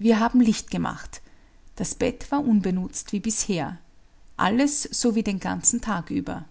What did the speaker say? wir haben licht gemacht das bett war unbenutzt wie bisher alles so wie den ganzen tag über